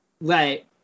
Right